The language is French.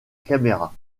caméra